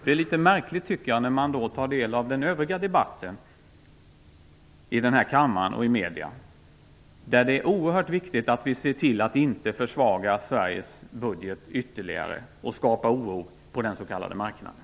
Det blir litet märkligt när man tar del av den övriga debatten i den här kammaren och i medierna, i vilken det är oerhört viktigt att se till att inte försvaga Sveriges budget ytterligare och skapa oro på den s.k. marknaden.